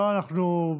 לא, אנחנו,